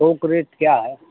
थोक रेट क्या है